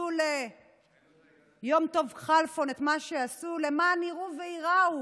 עשו ליום טוב כלפון את מה שעשו: למען יראו וייראו.